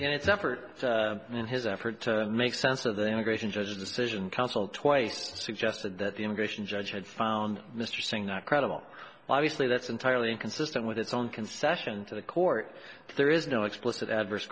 in its effort in his effort to make sense of the immigration judge decision counsel twice suggested that the immigration judge had found mr singh not credible obviously that's entirely inconsistent with its own concession to the court if there is no explicit adverse